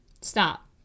stop